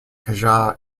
qajar